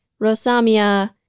Rosamia